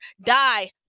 die